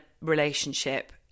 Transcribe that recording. relationship